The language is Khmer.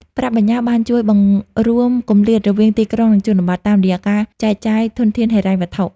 ប្រាក់បញ្ញើបានជួយបង្រួមគម្លាតរវាង "ទីក្រុង និងជនបទ" តាមរយៈការចែកចាយធនធានហិរញ្ញវត្ថុ។